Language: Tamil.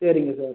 சரிங்க சார்